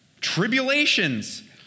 tribulations